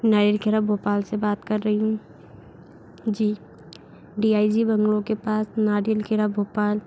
नारियल खेड़ा भोपाल से बात कर रही हूँ जी डी आई जी बंगलो के पास नारियल खेड़ा भोपाल